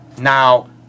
Now